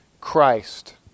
Christ